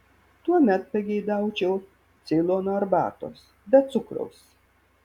tuomet pageidaučiau ceilono arbatos be cukraus